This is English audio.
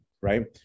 right